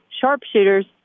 sharpshooters